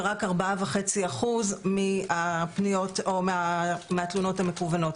ורק 4.5% מהתלונות המקוונות.